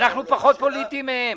--- אנחנו פחות פוליטיים מהם.